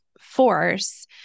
force